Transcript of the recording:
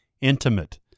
intimate